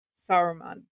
saruman